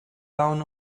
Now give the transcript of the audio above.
down